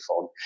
phone